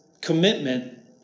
commitment